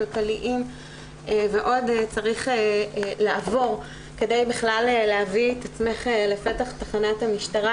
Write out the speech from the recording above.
כלכליים ועוד צריך לעבור כדי בכלל להביא את עצמך לפתח תחנת המשטרה